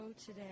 today